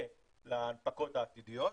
ולהנפקות העתידיות,